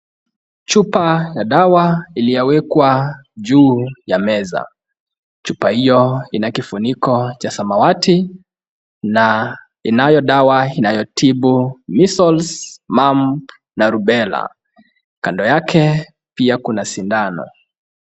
Chupa ya dawa iliyowekwa juu ya meza, chupa hiyo ina kifuniko cha samawati na inayo dawa inayotibu Measles, Mumps na Rubella . Kando yake pia kuna sindano.